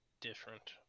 different